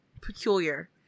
Peculiar